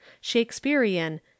Shakespearean